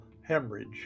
hemorrhage